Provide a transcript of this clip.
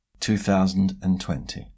2020